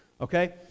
okay